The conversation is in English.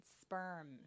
sperm